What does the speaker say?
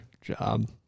job